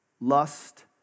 lust